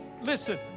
listen